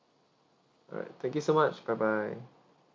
alright thank you so much bye bye